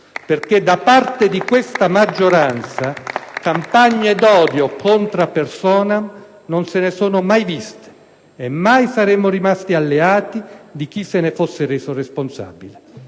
Perché da parte di questa maggioranza campagne d'odio *contra personam* non se ne sono mai viste, e mai saremmo rimasti alleati di chi se ne fosse reso responsabile.